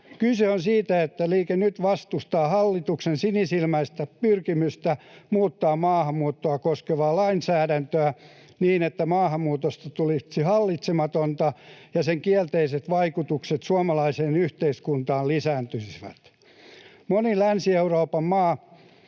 Kyse on siitä, että Liike Nyt vastustaa hallituksen sinisilmäistä pyrkimystä muuttaa maahanmuuttoa koskevaa lainsäädäntöä niin, että maahanmuutosta tulisi hallitsematonta ja sen kielteiset vaikutukset suomalaiseen yhteiskuntaan lisääntyisivät. Moni Länsi-Euroopan maa